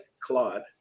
Claude